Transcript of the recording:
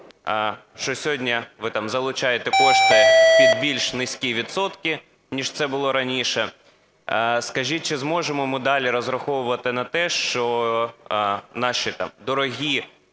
що сьогодні ви залучаєте кошти під більш низькі відсотки, ніж це було раніше. Скажіть, чи зможемо ми далі розраховувати на те, що наші дорогі